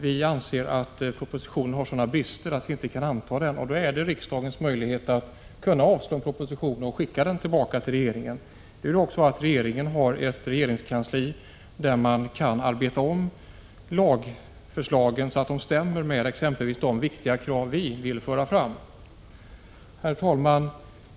Vi anser att propositionen har sådana brister att vi inte kan anta den, och då har riksdagen möjlighet att avslå propositionen och sända den tillbaka till regeringen. Det är också så att regeringen har ett regeringskansli där man kan arbeta om lagförslagen så att de stämmer med exempelvis de viktiga krav som vi vill föra fram. Herr talman!